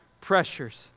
pressures